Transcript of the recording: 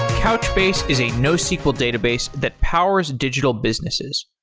couchbase is a nosql database that powers digital businesses.